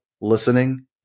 listening